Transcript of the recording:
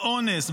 באונס,